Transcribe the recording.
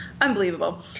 unbelievable